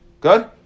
good